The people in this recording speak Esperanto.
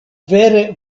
vere